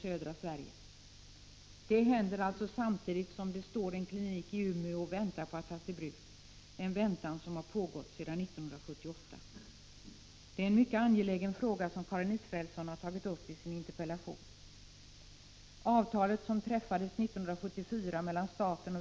Detta medför att ett antal utredningar ej kan utföras i Umeå utan får ske exempelvis ända nere i Lund. Detta strider mot den närhetsprincip som skall råda inom psykiatrin.